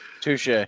Touche